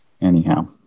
anyhow